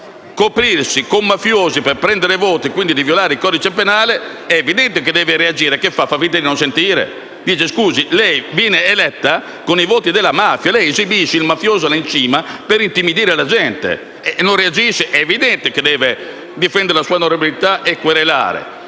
di coprirsi con dei mafiosi per prendere voti e quindi di violare il codice penale: è evidente che deve reagire, non può far finta di non sentire. Le viene detto: «Lei viene eletta con i voti della mafia, lei esibisce il mafioso per intimidire la gente» e non reagisce? È evidente che deve difendere la sua onorabilità e querelare.